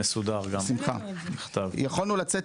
חיפה שאנחנו יכולנו להתחיל